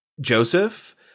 Joseph